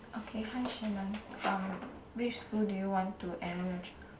okay hi Shannon um which school do you want to enrol your chi~